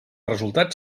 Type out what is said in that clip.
resultat